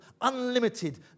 unlimited